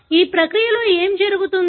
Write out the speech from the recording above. ఈ ప్రక్రియలో ఏమి జరుగుతుంది